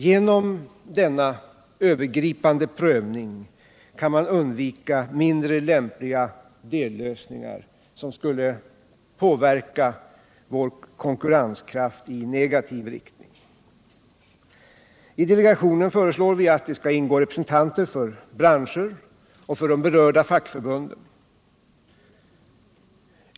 Genom denna övergripande prövning kan man undvika mindre lämpliga dellösningar, som skulle påverka vår konkurrenskraft i negativ riktning. I delegationen föreslår vi att det skall ingå representanter för branscher och för de berörda fackförbunden.